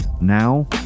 now